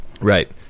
Right